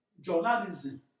journalism